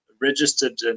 registered